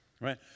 right